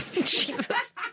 Jesus